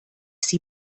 sie